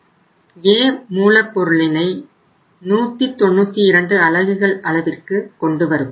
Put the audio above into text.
A மூலப்பொருளினை 192 அலகுகள் அளவிற்கு கொண்டு வருவோம்